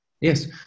Yes